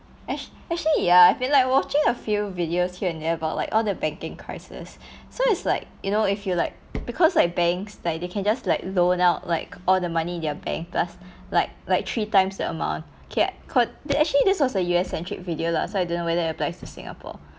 actua~ actually ya I feel like watching a few videos here and there about like all the banking crisis so it's like you know if you like because like banks like they can just like loan out like all the money their bank plus like like three times the amount okay I cal~ that actually this was a U_S centric video lah so I don't know whether it applies to singapore